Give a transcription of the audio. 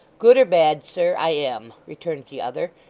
good or bad, sir, i am returned the other,